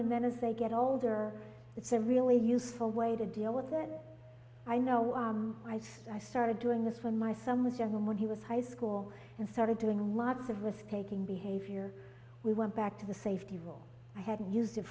and then as they get older it's a really useful way to deal with that i know i said i started doing this when my son was young when he was high school and started doing lots of risk taking behavior we went back to the safety room i hadn't used it